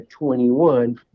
21